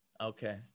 Okay